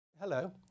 Hello